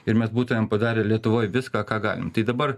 ir mes būtumėm padarę lietuvoj viską ką galim tai dabar